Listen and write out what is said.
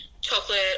chocolate